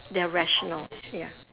they're rational ya